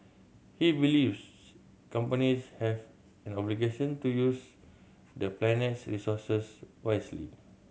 he believes companies have an obligation to use the planet's resources wisely